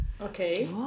Okay